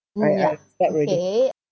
I I stop already